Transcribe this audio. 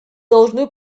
должны